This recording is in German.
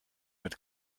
mit